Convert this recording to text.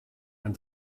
and